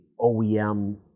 OEM